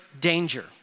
danger